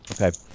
Okay